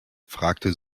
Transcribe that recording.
fragte